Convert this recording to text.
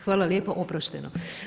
Hvala lijepo, oprošteno.